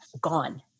gone